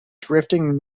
drifting